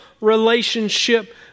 relationship